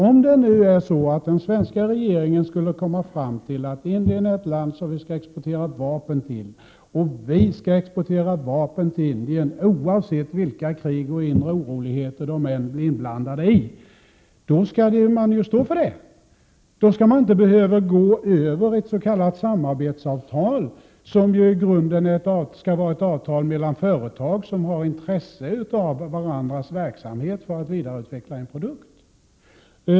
Om den svenska regeringen skulle komma fram till att Indien är ett land som vi skall exportera vapen till och att vi skall göra detta oavsett vilka krig och inre oroligheter som Indien blir inblandat i, då skall regeringen också stå för den åsikten. Regeringen skall inte gå vägen över ett s.k. samarbetsavtal som ju i grunden skall vara ett avtal mellan företag som har intresse av varandras verksamheter för att vidareutveckla en produkt.